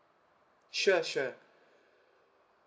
sure sure